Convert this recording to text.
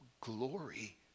glory